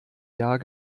jahr